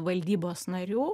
valdybos narių